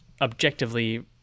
objectively